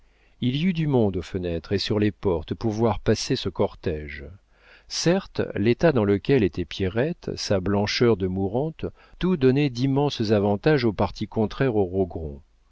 il y eut du monde aux fenêtres et sur les portes pour voir passer ce cortége certes l'état dans lequel était pierrette sa blancheur de mourante tout donnait d'immenses avantages au parti contraire aux